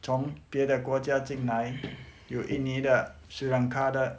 从别的国家进来有印尼的 sri-lanka 的